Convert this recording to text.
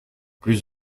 plus